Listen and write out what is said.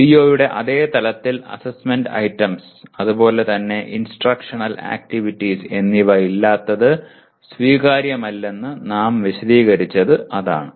CO യുടെ അതേ തലത്തിൽ അസ്സെസ്സ്മെന്റ് ഐറ്റംസ് അതുപോലെ തന്നെ ഇൻസ്ട്രക്ഷണൽ ആക്ടിവിറ്റീസ് എന്നിവ ഇല്ലാത്തത് സ്വീകാര്യമല്ലെന്ന് നാം വിശദീകരിച്ചത് അതാണ്